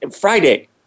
Friday